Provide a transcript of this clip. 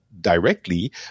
directly